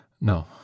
No